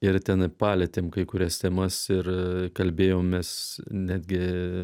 ir ten palietėm kai kurias temas ir kalbėjomės netgi